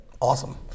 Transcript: Awesome